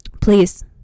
Please